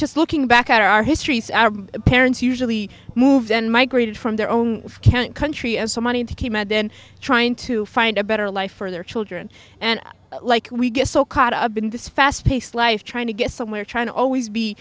just looking back at our history our parents usually move and migrated from their own can't country as so many to came and then trying to find a better life for their children and like we get so caught up in this fast paced life trying to get somewhere trying to always be